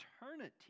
eternity